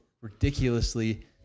ridiculously